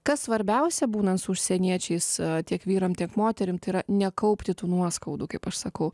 kas svarbiausia būnant su užsieniečiais tiek vyram tiek moterim tai yra nekaupti tų nuoskaudų kaip aš sakau